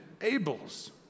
Abel's